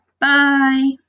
Bye